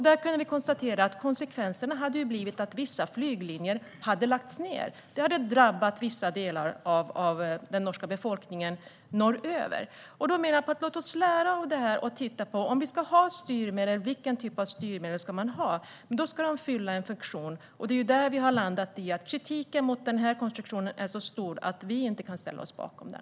Vi kunde konstatera att där hade konsekvenserna blivit att vissa flyglinjer hade lagts ned, vilket hade drabbat vissa delar av den norska befolkningen norröver. Vi menar att vi bör lära av detta och, om vi ska ha styrmedel, se vilken typ av styrmedel man ska ha. Styrmedlen ska ju fylla en funktion, och det är när det gäller detta som vi har landat i att kritiken mot den här konstruktionen är så stor att vi inte kan ställa oss bakom den.